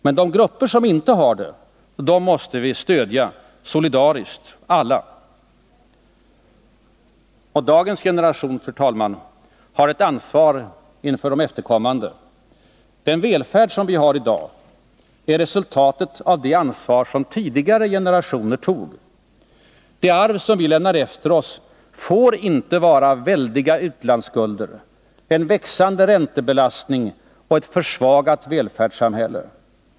Men de grupper som inte har det, måste vi solidariskt stödja. Dagens generation, fru talman, har ett ansvar inför sina efterkommande. Vår välfärd är resultatet av det ansvar som tidigare generationer tog. Det arv vi lämnar efter oss får inte vara väldiga utlandsskulder, en växande räntebelastning och ett försvagat välfärdssamhälle.